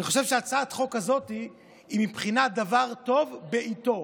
אני חושב שהצעת החוק הזאת היא בבחינת דבר טוב בעיתו.